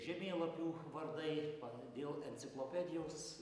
žemėlapių vardai dėl enciklopedijos